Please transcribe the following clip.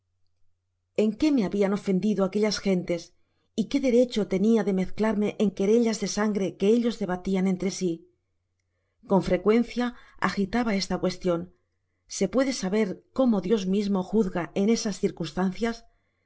en qué me habian ofendido aquellas gentes y qué derecho tenia de mezclarme en querellas de sangre que ellos debatian entre sí con frecuencia agitaba esta cuestion se puede saber cómo dios mismo juzga en esas circunstancias